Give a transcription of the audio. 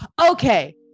Okay